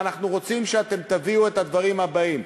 ואנחנו רוצים שאתם תביאו את הדברים הבאים: